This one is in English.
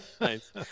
Nice